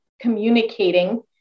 communicating